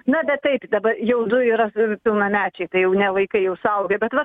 nebe taip dabar jau du yra pilnamečiai tai jau ne vaikai jau suaugę bet va